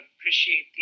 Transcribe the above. appreciate